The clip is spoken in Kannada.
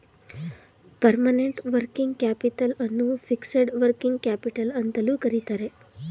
ಪರ್ಮನೆಂಟ್ ವರ್ಕಿಂಗ್ ಕ್ಯಾಪಿತಲ್ ಅನ್ನು ಫಿಕ್ಸೆಡ್ ವರ್ಕಿಂಗ್ ಕ್ಯಾಪಿಟಲ್ ಅಂತಲೂ ಕರಿತರೆ